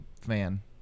fan